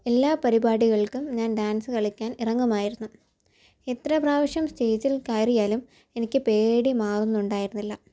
എല്ലാ പരിപാടികൾക്കും ഞാൻ ഡാൻസ് കളിക്കാൻ ഇറങ്ങുമായിരുന്നു എത്ര പ്രാവശ്യം സ്റ്റേജിൽ കയറിയാലും എനിക്ക് പേടി മാറുന്നുണ്ടായിരുന്നില്ല